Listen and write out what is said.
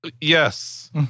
Yes